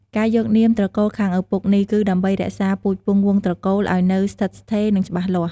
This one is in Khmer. ការយកនាមត្រកូលខាងឪពុកនេះ គឺដើម្បីរក្សា ពូជពង្សវង្សត្រកូលឲ្យនៅស្ថិតស្ថេរ និងច្បាស់លាស់។